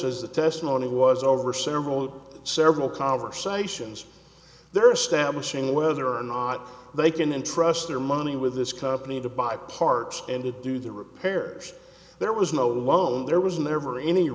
as the testimony was over several several conversations there are establishing whether or not they can entrust their money with this company to buy parts and to do the repair there was no loan there was never any